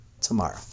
tomorrow